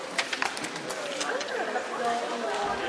נתקבל.